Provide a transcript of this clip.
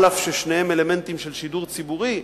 אף ששניהם אלמנטים של שידור ציבורי,